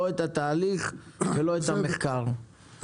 לא את התהליך ולא את המחקר,